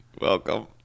Welcome